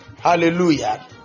hallelujah